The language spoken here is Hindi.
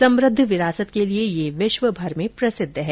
समृद्ध विरासत के लिए ये विश्वभर में प्रसिद्ध है